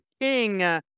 king